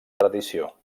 tradició